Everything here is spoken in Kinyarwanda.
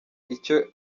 icyo